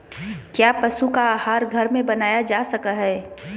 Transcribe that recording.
क्या पशु का आहार घर में बनाया जा सकय हैय?